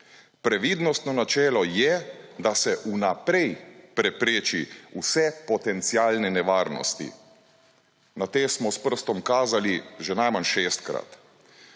Previdnostno načelo je, da se vnaprej prepreči vse potencialne nevarnosti. Na te smo s prstom kazali že najmanj šestkrat.